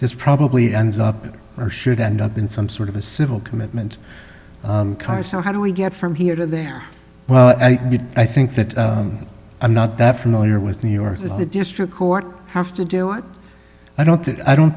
this probably ends up or should end up in some sort of a civil commitment car so how do we get from here to there well i mean i think that i'm not that familiar with new york if the district court have to do it i don't i don't